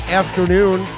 afternoon